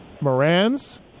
Moran's